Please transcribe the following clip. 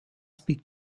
speak